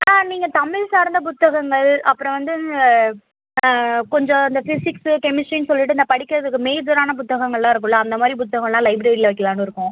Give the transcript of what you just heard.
ஆ நீங்கள் தமிழ் சார்ந்த புத்தகங்கள் அப்புறம் வந்து கொஞ்சம் இந்த பிசிக்ஸு கெமிஸ்ட்ரின்னு சொல்லிட்டு இந்த படிக்கிறதுக்கு மேஜரான புத்தகங்களெலாம் இருக்குதுல்ல அந்த மாதிரி புத்தகமெலாம் லைப்ரரியில் வைக்கலான்னு இருக்கோம்